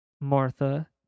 Martha